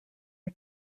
are